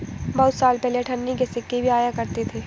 बहुत साल पहले अठन्नी के सिक्के भी आया करते थे